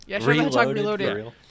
reloaded